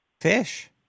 Fish